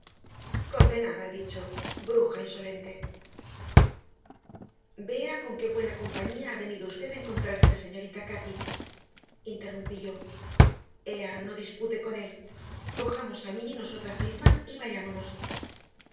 condenada he dicho bruja insolente vea con qué buena compañía ha venido usted a encontrarse señorita cati interrumpí yo ea no dispute con él cojamos a m innynosotras mismas y vayámonos